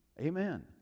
Amen